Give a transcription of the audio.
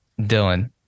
Dylan